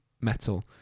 metal